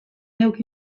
neuk